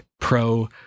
Pro